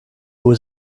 was